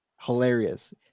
hilarious